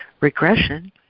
Regression